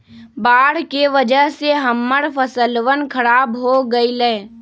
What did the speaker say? बाढ़ के वजह से हम्मर फसलवन खराब हो गई लय